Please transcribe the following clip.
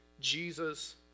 Jesus